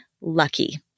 lucky